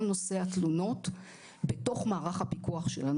נושא התלונות בתוך מערך הפיקוח שלנו.